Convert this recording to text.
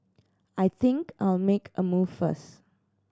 I think I'll make a move first